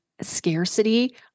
scarcity